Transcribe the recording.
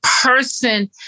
person